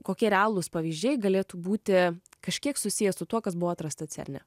kokie realūs pavyzdžiai galėtų būti kažkiek susiję su tuo kas buvo atrasta cerne